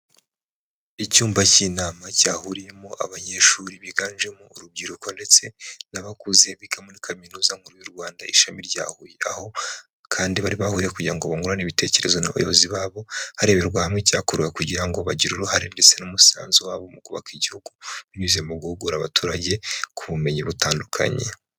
Icyumba cy'inama cyahuriyemo abanyeshuri biganjemo urubyiruko ndetse n'abakuze biga muri kaminuza nkuru y'u Rwanda ishami rya Huye. Aho kandi bari bahuriye kugira ngo bungurane ibitekerezo n'abayobozi babo hareberwa hamwe icyakorwa kugira ngo bagire uruhare ndetse n'umusanzu wabo mu kubaka Igihugu, binyuze mu guhugura abaturage ku bumenyi butandukanye.